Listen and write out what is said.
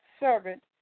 servant